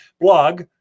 blog